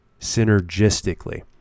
synergistically